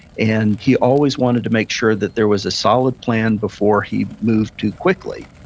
and he always wanted to make sure that there was a solid plan before he moved too quickly.